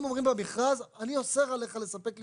הם אומרים במכרז אני אוסר עליך לספק לי